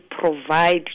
provide